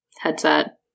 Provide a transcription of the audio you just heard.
headset